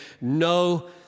no